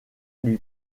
lui